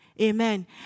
Amen